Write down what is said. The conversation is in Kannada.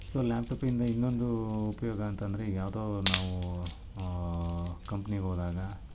ಸೊ ಲ್ಯಾಪ್ಟಾಪಿಂದ ಇನ್ನೊಂದು ಉಪಯೋಗ ಅಂತಂದರೆ ಯಾವುದೋ ನಾವು ಕಂಪ್ನಿಗೆ ಹೋದಾಗ